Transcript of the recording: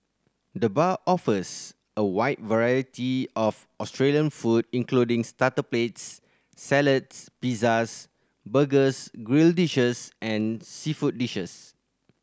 the bar offers a wide variety of Australian food including starter plates salads pizzas burgers grill dishes and seafood dishes